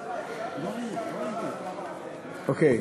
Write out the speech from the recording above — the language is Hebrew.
אוקיי.